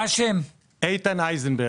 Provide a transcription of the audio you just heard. סעיף אחד,